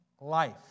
life